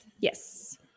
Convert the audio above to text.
Yes